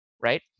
right